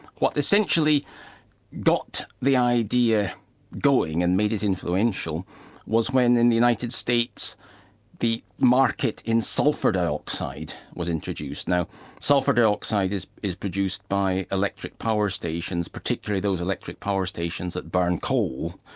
what essentially got the idea going and made it influential was when in the united states the market in sulphur dioxide was introduced. now sulphur dioxide is is produced by electric power stations, particularly those electric power stations that burn coal.